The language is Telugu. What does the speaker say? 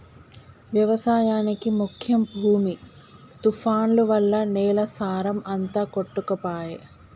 వ్యవసాయానికి ముఖ్యం భూమి తుఫాన్లు వల్ల నేల సారం అంత కొట్టుకపాయె